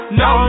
no